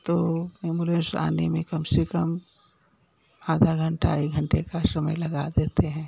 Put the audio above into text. तो एम्बुलेंश आने में कम से कम आधा घंटा एक घंटे का समय लगा देते हैं